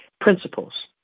Principles